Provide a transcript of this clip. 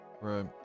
right